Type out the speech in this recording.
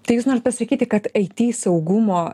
tai jūs norit pasakyti kad aity saugumo